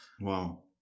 Wow